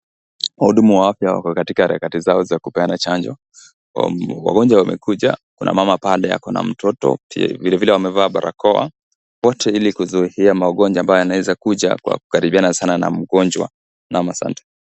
Wahudumu wa afya wako katika harakati zao kupeana chanjo. Wagonjwa wamekuja, kuna mama pale ako mtoto vilevile wamevaa barakoa wote ili kuzuhuia magonjwa ambayo yanaweza kuja kwa kukaribiana sana na mgonjwa. Naam asante.